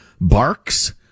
barks